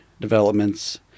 developments